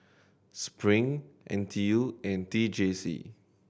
Spring N T U and T J C